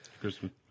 Christmas